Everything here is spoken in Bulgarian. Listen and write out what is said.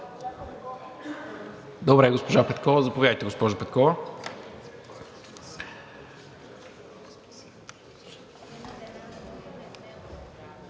Добре, госпожа Петкова. Заповядайте, госпожо Петкова.